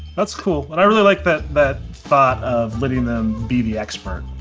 that's cool but i really like but the thought of letting them be the expert.